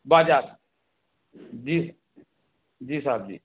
बाजार जी जी साहब जी